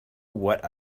what